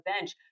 bench